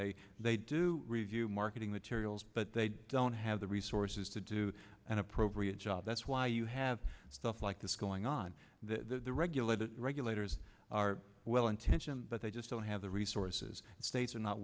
they they do review marketing materials but they don't have the resources to do an appropriate job that's why you have stuff like this going on the regulators regulators are well intentioned but they just don't have the resources states are not